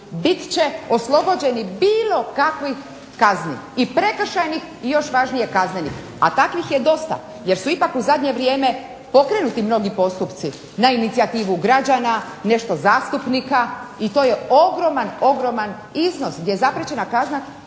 bit će oslobođeni bilo kakvih kazni i prekršajnih i još važnije kaznenih. A takvih je dosta, jer su ipak u zadnje vrijeme pokrenuti mnogi postupci na inicijativu građana, nešto zastupnika i to je ogroman, ogroman iznos, gdje je zapriječena kazna